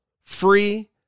free